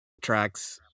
tracks